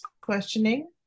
questioning